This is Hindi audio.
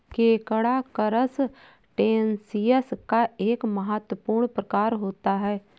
केकड़ा करसटेशिंयस का एक महत्वपूर्ण प्रकार होता है